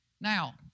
Now